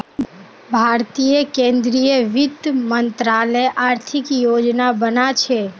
भारतीय केंद्रीय वित्त मंत्रालय आर्थिक योजना बना छे